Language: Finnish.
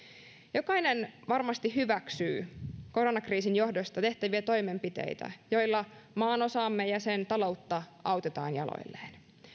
jokainen varmasti hyväksyy koronakriisin johdosta tehtäviä toimenpiteitä joilla maanosaamme ja sen taloutta autetaan jaloilleen